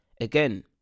Again